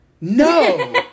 no